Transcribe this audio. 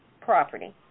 property